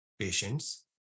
patients